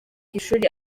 ishuri